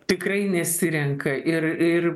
tikrai nesirenka ir ir